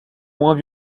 moins